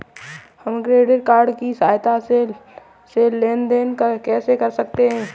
हम credit card की सहायता से लेन देन कैसे कर सकते हैं?